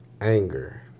anger